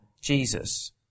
Jesus